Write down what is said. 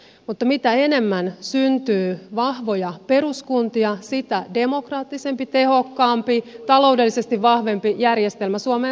mutta mitä enemmän syntyy vahvoja peruskuntia sitä demokraattisempi tehokkaampi ja taloudellisesti vahvempi järjestelmä suomeen saadaan aikaan